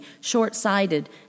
short-sighted